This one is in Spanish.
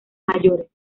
mayores